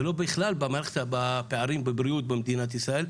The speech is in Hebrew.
ולא בכלל בפערים בבריאות במדינת ישראל.